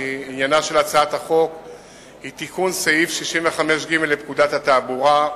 עניינה של הצעת החוק היא תיקון סעיף 65ג לפקודת התעבורה.